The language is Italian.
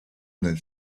nel